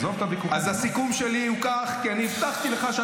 --- עכשיו, מכיוון שהבטחתי, אושר,